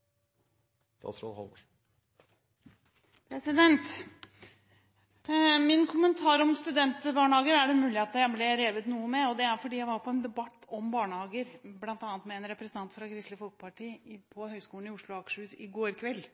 det mulig at jeg ble revet noe med, og det er fordi jeg var på en debatt om barnehager bl.a. med en representant fra Kristelig Folkeparti på Høgskolen i Oslo og Akershus i går kveld,